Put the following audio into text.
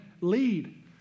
Lead